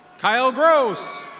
kyle gross.